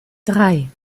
drei